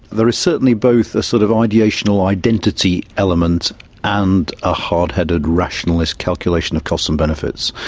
there is certainly both a sort of ideational identity element and a hard-headed rationalist calculation of costs and benefits.